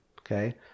Okay